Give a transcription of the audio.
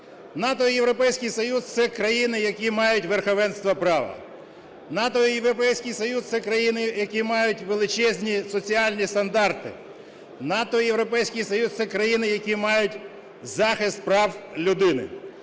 НАТО і Європейський Союз – це країни, які мають верховенство права. НАТО і Європейський Союз – це країни, які мають величезні соціальні стандарти. НАТО і Європейський Союз – це країни, які мають захист прав людини.